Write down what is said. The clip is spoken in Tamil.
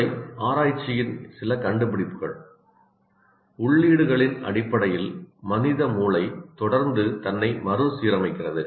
மூளை ஆராய்ச்சியின் சில கண்டுபிடிப்புகள் உள்ளீடுகளின் அடிப்படையில் மனித மூளை தொடர்ந்து தன்னை மறுசீரமைக்கிறது